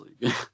League